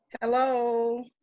Hello